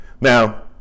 now